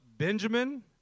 Benjamin